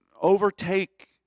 overtake